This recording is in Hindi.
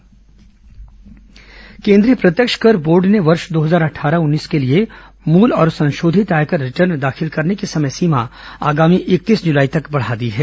आयकर रिटर्न समय सीमा केन्द्रीय प्रत्यक्ष कर बोर्ड ने वर्ष दो हजार अद्ठारह उन्नीस के लिए मूल और संशोधित आयकर रिटर्न दाखिल करने की समय सीमा आगामी इकतीस जुलाई तक बढ़ा दी है